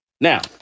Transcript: Now